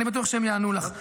אני בטוח שהם יענו לך.